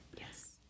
Yes